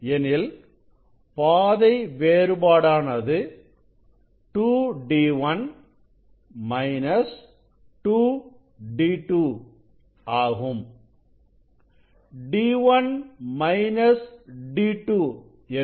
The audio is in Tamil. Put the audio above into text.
எனில் பாதை வேறுபாடானது 2d1 மைனஸ் 2d2 ஆகும்